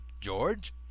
George